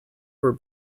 were